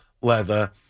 leather